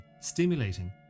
stimulating